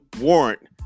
warrant